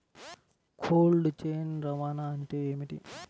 Cold chain రవాణా అంటే ఏమిటీ?